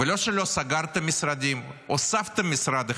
ולא שלא סגרתם משרדים, הוספתם משרד אחד.